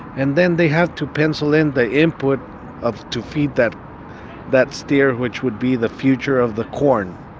and then they have to pencil in the input of to feed that that steer, which would be the future of the corn.